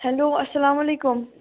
hello اَسلامُ علیکُم